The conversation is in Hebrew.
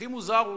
הכי מוזר הוא